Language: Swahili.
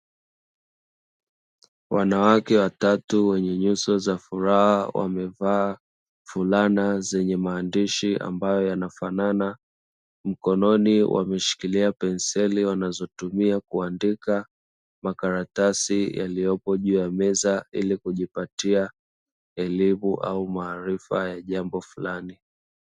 Wanawake watatu wenye nyuso za furaha wamevaa fulana zenye maandishi ambayo yanafanana, mkononi wameshikilia penseli wanazotumia kuandika makaratasi yaliyopo juu ya meza ili kujipatia elimu au maarifa ya jambo fulani.